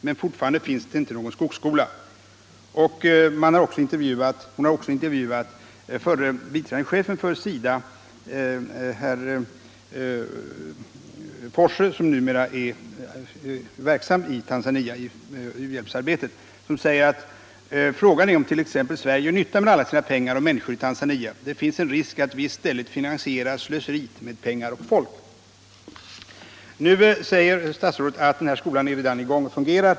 Men fortfarande finns det inte någon skogsskola.” Hon har också intervjuat förre biträdande chefen för SIDA, herr Forsse, som numera är verksam i u-hjälpsarbetet i Tanzania. Han säger: ”Frågan är om t.ex. Sverige gör nytta med alla sina pengar och människor i Tanzania. Det finns en risk att vi i stället finansierar slöseriet med pengar och folk.” Nu säger statsrådet att denna skola redan är i gång och fungerar.